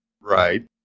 Right